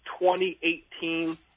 2018